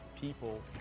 people